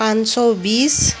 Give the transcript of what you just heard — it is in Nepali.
पाँच सौ बिस